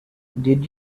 did